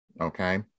Okay